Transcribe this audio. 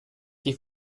die